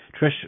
Trish